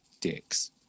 dicks